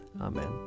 Amen